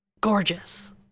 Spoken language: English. gorgeous